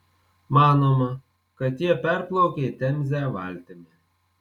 manoma kad jie perplaukė temzę valtimi